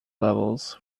levels